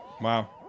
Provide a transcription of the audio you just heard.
Wow